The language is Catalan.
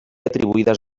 atribuïdes